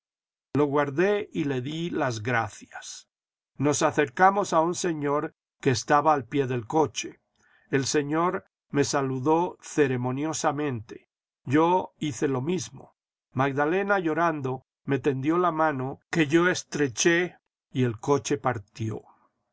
guardé y le di las gracias nos acercamos a un señor que estaba al pie del coche el señor me saludó ceremoniosamente yo hice lo mismo magdalena llorando me tendió la mano que yo estreché y el coche partió